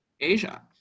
Asia